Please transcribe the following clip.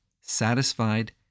satisfied